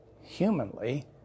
humanly